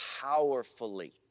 powerfully